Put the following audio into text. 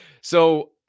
So-